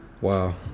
Wow